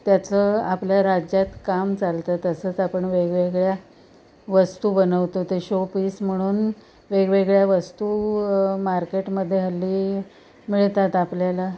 त्याचं आपल्या राज्यात काम चालतं तसंच आपण वेगवेगळ्या वस्तू बनवतो ते शोपीस म्हणून वेगवेगळ्या वस्तू मार्केटमध्ये हल्ली मिळतात आपल्याला